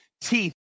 teeth